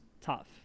tough